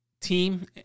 team